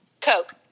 Coke